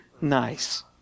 nice